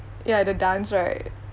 ya the dance right